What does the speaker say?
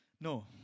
No